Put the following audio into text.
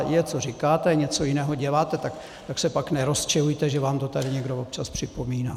Něco říkáte a něco jiného děláte, tak se pak nerozčilujte, že vám to tady někdo občas připomíná.